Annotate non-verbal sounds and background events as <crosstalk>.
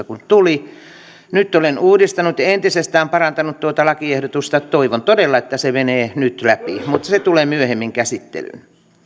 <unintelligible> kun tuli nyt olen uudistanut ja entisestään parantanut tuota lakiehdotusta toivon todella että se menee nyt läpi mutta se tulee myöhemmin käsittelyyn